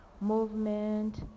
movement